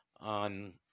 on